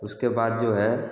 उसके बाद जो है